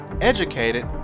educated